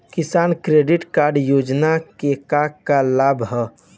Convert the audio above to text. किसान credit card योजना के का का लाभ ह?